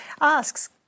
asks